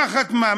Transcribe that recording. מה חתמה,